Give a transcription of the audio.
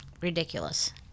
ridiculous